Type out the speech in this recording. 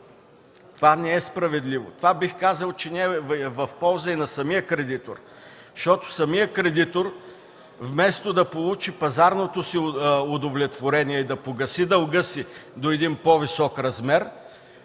Това не е справедливо. Това бих казал, че не е в полза и на самия кредитор,